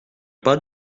pas